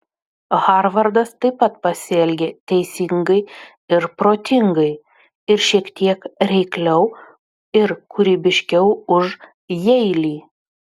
harvardas taip pat pasielgė teisingai ir protingai ir šiek tiek reikliau ir kūrybiškiau už jeilį